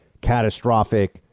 catastrophic